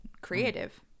creative